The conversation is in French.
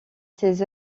ses